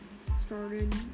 started